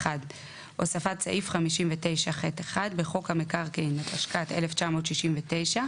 הוספת סעיף 59ח1 1. בחוק המקרקעין, התשכ"ט 1969,